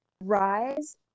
rise